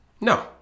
No